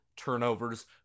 turnovers